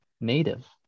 Native